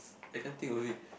I can't think of it